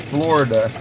Florida